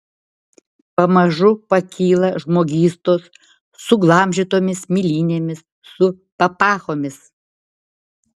pamažu pakyla žmogystos suglamžytomis milinėmis su papachomis